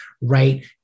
right